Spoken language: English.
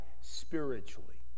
spiritually